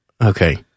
Okay